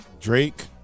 Drake